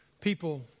people